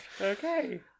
Okay